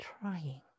trying